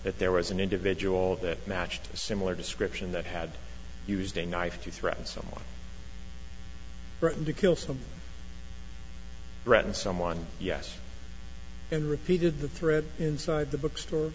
that there was an individual that matched a similar description that had used a knife to threaten someone threatened to kill some threaten someone yes and repeated the threat inside the bookstore